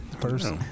First